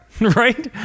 right